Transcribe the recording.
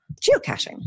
geocaching